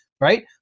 right